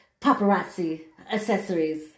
paparazziaccessories